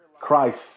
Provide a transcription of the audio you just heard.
Christ